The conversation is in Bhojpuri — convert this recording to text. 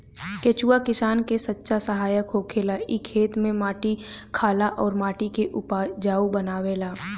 केचुआ किसान के सच्चा सहायक होखेला इ खेत में माटी खाला अउर माटी के उपजाऊ बनावेला